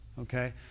Okay